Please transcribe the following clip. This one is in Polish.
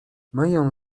myję